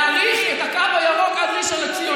להאריך את הקו הירוק עד ראשון לציון.